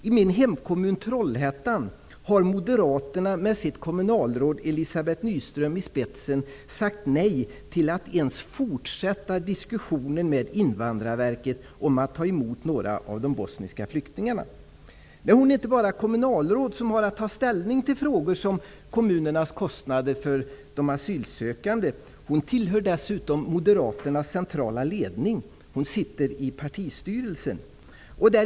I min hemkommun Trollhättan har Moderaterna, med sitt kommunalråd Elizabeth Nyström i spetsen, sagt nej till att ens fortsätta diskussionen med Invandrarverket om att ta emot några av de bosniska flyktingarna. Men hon är inte bara kommunalråd, som har att ta ställning till frågor om kommunernas kostnader för de asylsökande, hon tillhör dessutom Moderaternas centrala ledning. Hon sitter i partistyrelsen.